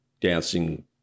dancing